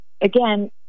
again